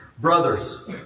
brothers